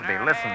listen